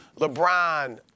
LeBron